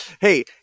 Hey